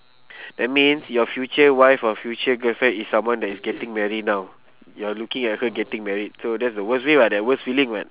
that means your future wife or future girlfriend is someone that is getting marry now you are looking at her getting married so that's the worst way ah that worst feeling [what]